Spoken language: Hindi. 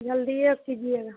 जल्दी ही अब कीजिएगा